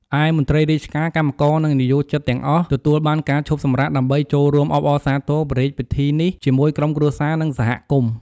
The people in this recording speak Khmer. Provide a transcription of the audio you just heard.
ឯ មន្ត្រីរាជការ កម្មករ និងនិយោជិតទាំងអស់ទទួលបានការឈប់សម្រាកដើម្បីចូលរួមអបអរសាទរព្រះរាជពិធីនេះជាមួយក្រុមគ្រួសារ និងសហគមន៍។